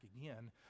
again